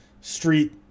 street